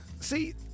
see